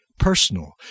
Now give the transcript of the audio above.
personal